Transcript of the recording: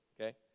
okay